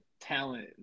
Talent